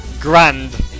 grand